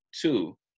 two